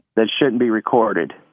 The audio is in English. that shouldn't be recorded.